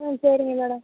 ம் சரிங்க மேடம்